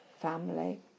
family